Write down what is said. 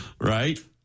right